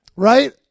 Right